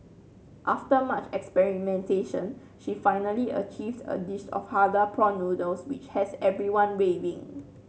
after much experimentation she finally achieved a dish of halal prawn noodles which has everyone raving